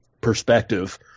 perspective